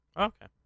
Okay